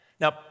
Now